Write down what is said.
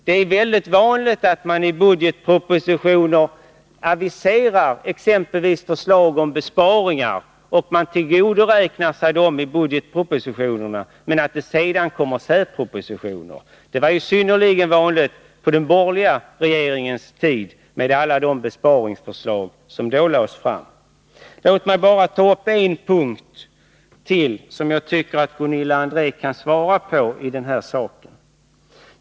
Det är mycket vanligt att man i budgetpropositioner aviserar exempelvis förslag om besparingar och tillgodoräknar sig dem i budgetpropositionerna men att det sedan läggs fram särpropositioner. Det var synnerligen vanligt på den borgerliga regeringens tid, med alla de besparingsförslag som då lades fram. Låt mig bara ta upp ytterligare en punkt, som jag tycker att Gunilla André kan svara på.